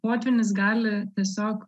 potvynis gali tiesiog